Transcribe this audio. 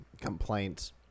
complaints